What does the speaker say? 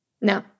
No